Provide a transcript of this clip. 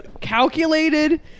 calculated